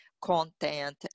content